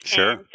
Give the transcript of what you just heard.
Sure